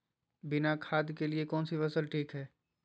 बिना खाद के लिए कौन सी फसल ठीक है?